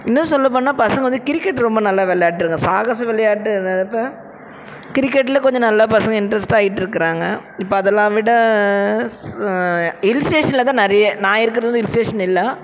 இன்னும் சொல்லப்போனால் பசங்க வந்து கிரிக்கெட் ரொம்ப நல்லா விளாட்றாங்க சாகச விளையாட்டுங்கிறப்போ கிரிக்கெட்ல கொஞ்சம் நல்லா பசங்க இண்ட்ரெஸ்ட்டாக ஆயிட்டிருக்குறாங்க இப்போ அதெல்லாம் விட ஹில் ஸ்டேஷன்ல தான் நிறைய நான் இருக்கிறது ஹில் ஸ்டேஷன் இல்லை